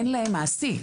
אין להן מעסיק.